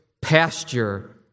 pasture